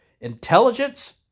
intelligence